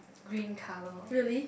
green colour